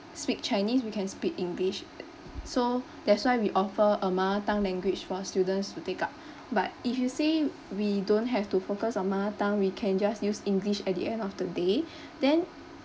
speak chinese we can speak english so that's why we offer a mother tongue language for students to take up but if you say we don't have to focus on mother tongue we can just use english at the end of the day then